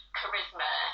charisma